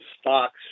stocks